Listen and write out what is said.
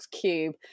Cube